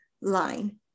line